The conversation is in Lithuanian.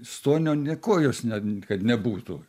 stonio nė kojos ne kad nebūtų